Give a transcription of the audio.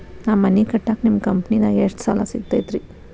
ನಾ ಮನಿ ಕಟ್ಟಾಕ ನಿಮ್ಮ ಕಂಪನಿದಾಗ ಎಷ್ಟ ಸಾಲ ಸಿಗತೈತ್ರಿ?